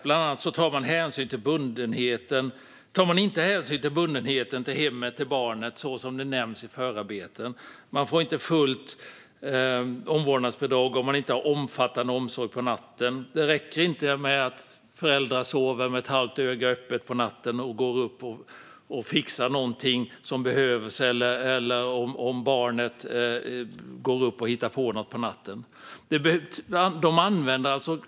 Bland annat tas inte hänsyn till bundenheten till hemmet och barnet, så som nämns i förarbetena. Man får inte fullt omvårdnadsbidrag om man inte har omfattande omsorg på natten. Det räcker inte att föräldrarna sover med ett halvt öga på natten och går upp och fixar något som behövs eller om barnet går upp och hittar på något på natten.